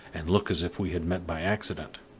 and look as if we had met by accident.